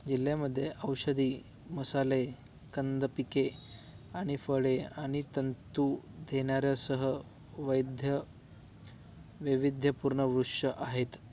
जिल्ह्यामध्ये औषधी मसाले कंद पिके आणि फळे आणि तंतू देणाऱ्यासह वैध वैविध्यपूर्ण वृक्ष आहेत